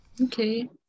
Okay